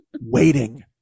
waiting